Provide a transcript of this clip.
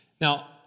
Now